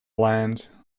land